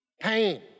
Pain